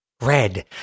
red